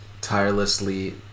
tirelessly